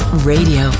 Radio